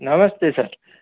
Namaste sir